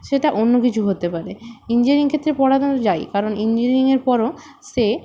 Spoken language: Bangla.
সেতা অন্য কিছু হতে পারে ইঞ্জিয়ারিং ক্ষেত্রে পড়ানো যায় কারণ ইঞ্জিনিয়ারিংয়ের পরও সে